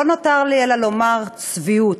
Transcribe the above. לא נותר לי אלא לומר: צביעות,